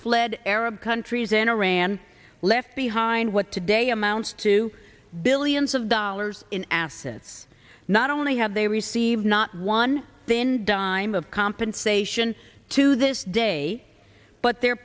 fled arab countries in iran left behind what today amounts to billions of dollars in assets not only have they received not one then dime of compensation to this day but the